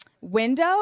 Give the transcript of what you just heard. window